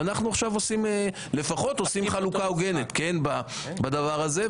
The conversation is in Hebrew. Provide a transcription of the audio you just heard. ואנחנו עכשיו לפחות עושים חלוקה הוגנת בדבר הזה.